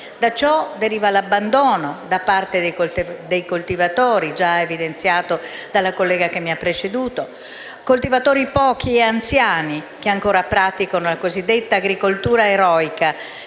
Da ciò deriva l'abbandono da parte dei coltivatori, già evidenziato dalla collega che mi ha preceduto; coltivatori pochi e anziani che ancora praticano la cosiddetta agricoltura eroica,